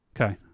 Okay